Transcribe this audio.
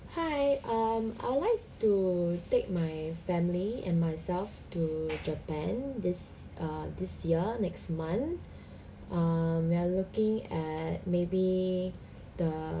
hi um I would like to take my family and myself to japan this uh this year next month err we are looking at maybe the